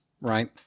right